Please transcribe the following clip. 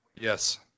Yes